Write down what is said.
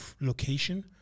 location